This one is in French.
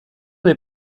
des